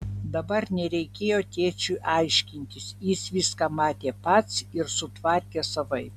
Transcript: dabar nereikėjo tėčiui aiškintis jis viską matė pats ir sutvarkė savaip